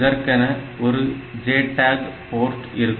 இதற்கென ஒரு JTAG port இருக்கும்